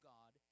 God